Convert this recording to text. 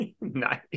Nice